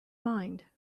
mind